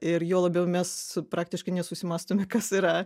ir juo labiau mes praktiškai nesusimąstome kas yra